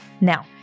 Now